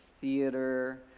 theater